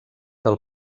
del